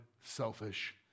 selfish